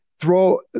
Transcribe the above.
throw